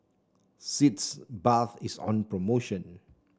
Sitz Bath is on promotion